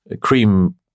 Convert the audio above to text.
Cream